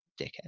Dickhead